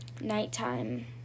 nighttime